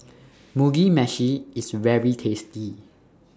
Mugi Meshi IS very tasty